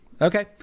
Okay